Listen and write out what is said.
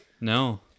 No